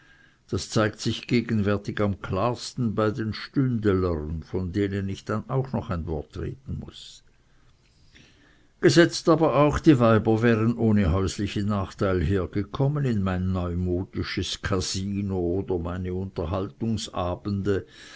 das zeigt sich gegenwärtig am klarsten bei den stündelern von denen ich dann auch noch ein wort reden muß gesetzt aber auch die weiber wären ohne häuslichen nachteil hergekommen in mein neumodisches kasino oder meine